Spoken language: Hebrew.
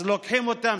אז לוקחים אותם,